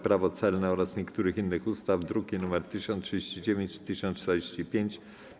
Prawo celne oraz niektórych innych ustaw (druki nr 1039 i 1049)